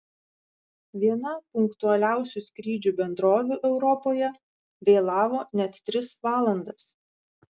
viena punktualiausių skrydžių bendrovių europoje vėlavo net tris valandas